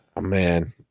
Man